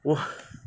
!wah!